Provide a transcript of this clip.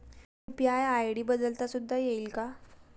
UPI ID बदलता सुद्धा येईल का?